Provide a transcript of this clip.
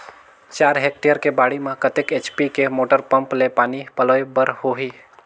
चार हेक्टेयर के बाड़ी म कतेक एच.पी के मोटर पम्म ले पानी पलोय बर होही?